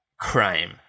crime